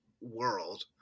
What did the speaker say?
world